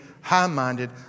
high-minded